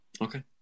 Okay